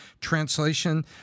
Translation